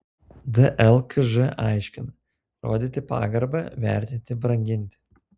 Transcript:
dlkž aiškina rodyti pagarbą vertinti branginti